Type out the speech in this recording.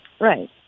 right